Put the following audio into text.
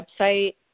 website